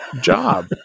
job